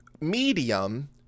medium